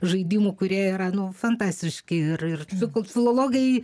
žaidimų kurie yra nu fantastiški ir ir sakau filologai